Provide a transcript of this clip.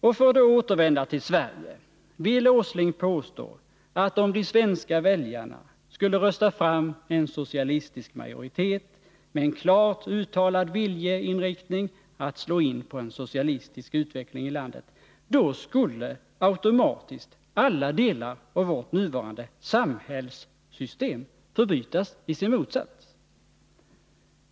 Och för att återvända till Sverige — vill Nils Åsling påstå, att om de svenska väljarna skulle rösta fram en socialistisk majoritet, med en klart uttalad viljeinriktning att slå in på en socialistisk utveckling i landet, då skulle automatiskt alla delar av vårt nuvarande samhällssystem förbytas i sin motsats?